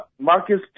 Marcus